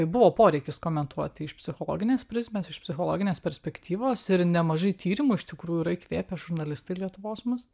buvo poreikis komentuoti iš psichologinės prizmės iš psichologinės perspektyvos ir nemažai tyrimų iš tikrųjų yra įkvėpę žurnalistai lietuvos mus